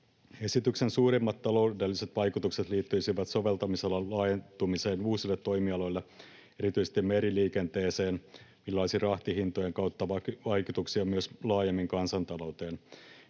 Esityksen suurimmat taloudelliset vaikutukset liittyisivät soveltamisalan laajentumiseen uusille toimialoille, erityisesti meriliikenteeseen, millä olisi rahtihintojen kautta vaikutuksia myös laajemmin kansantalouteen.